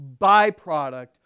byproduct